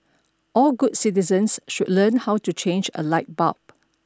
all good citizens should learn how to change a light bulb